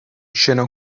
شنا